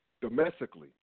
domestically